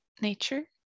nature